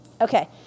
Okay